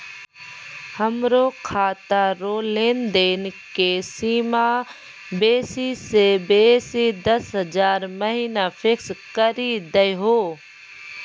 हमरो खाता रो लेनदेन के सीमा बेसी से बेसी दस हजार महिना फिक्स करि दहो